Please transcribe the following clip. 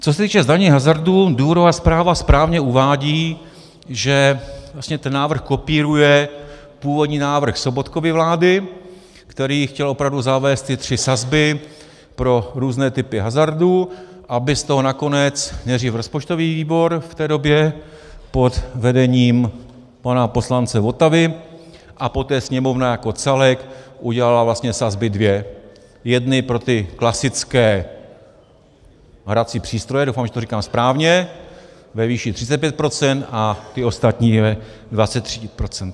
Co se týče zdanění hazardu, důvodová zpráva správně uvádí, že ten návrh vlastně kopíruje původní návrh Sobotkovy vlády, který chtěl opravdu zavést tři sazby pro různé typu hazardů, aby z toho nakonec nejdřív rozpočtový výbor, v té době pod vedením pana poslance Votavy, a poté Sněmovna jako celek udělala vlastně sazby dvě jednu pro klasické hrací přístroje, doufám, že to říkám správně, ve výši 35 % a ty ostatní 23 %.